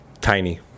Tiny